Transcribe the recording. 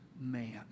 man